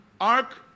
ark